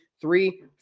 three